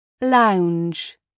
Lounge